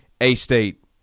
A-State